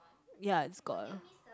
ya it's gone